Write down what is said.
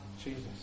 Jesus